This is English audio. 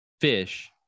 fish